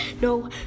No